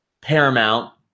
Paramount